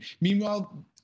meanwhile